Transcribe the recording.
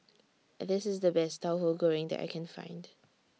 This IS The Best Tauhu Goreng that I Can Find